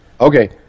Okay